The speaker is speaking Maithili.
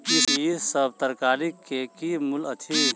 ई सभ तरकारी के की मूल्य अछि?